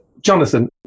Jonathan